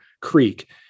creek